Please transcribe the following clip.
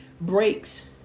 breaks